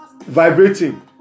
vibrating